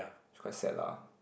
quite sad lah